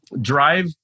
drive